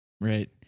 Right